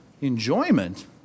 Enjoyment